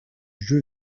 jeu